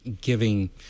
giving